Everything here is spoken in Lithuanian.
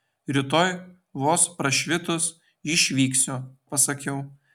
rytoj vos prašvitus išvyksiu pasakiau